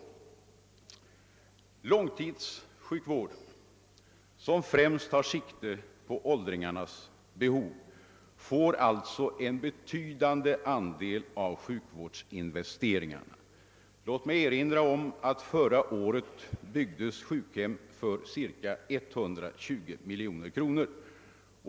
Långtidssjukvården, som främst tar sikte på åldringarnas behov, får alltså en betydande andel av sjukvårdsinves teringarna. Låt mig erinra om att förra året byggdes sjukhem för cirka 120 miljoner kronor.